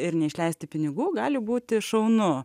ir neišleisti pinigų gali būti šaunu